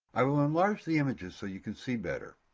i will enlarge the images so you can see better.